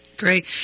Great